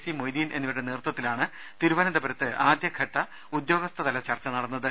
C Moideen എന്നിവ രുടെ നേതൃത്വത്തിലാണ് തിരുവനന്തപുരത്ത് ആദ്യഘട്ട ഉദ്യോഗസ്ഥ തല ചർച്ച നടന്നത്